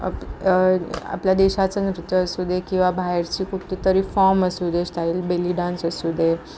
up आपल्या देशाचं नृत्य असू दे किंवा बाहेरची कुठलीतरी फॉर्म असू दे श्टाईल बेली डान्स असू दे